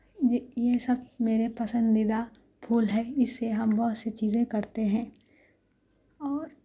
یہ یہ سب میرے پسندیدہ پھول ہے اسے ہم بہت سی چیزیں کرتے ہیں اور